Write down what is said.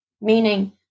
meaning